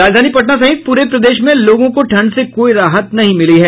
राजधानी पटना सहित पूरे प्रदेश में लोगों को ठंड से कोई राहत नहीं मिली है